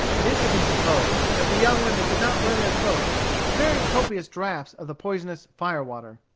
it is to be supposed that the young women did not burn their throats with very copious drafts of the poisonous fire-water.